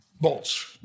bolts